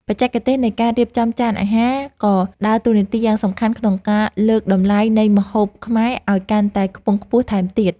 បច្ចេកទេសនៃការរៀបចំចានអាហារក៏ដើរតួនាទីយ៉ាងសំខាន់ក្នុងការលើកតម្លៃនៃម្ហូបខ្មែរឱ្យកាន់តែខ្ពង់ខ្ពស់ថែមទៀត។